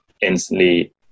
instantly